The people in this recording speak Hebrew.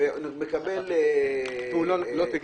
ומוטל עליו קנס,